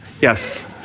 yes